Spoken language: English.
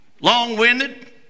long-winded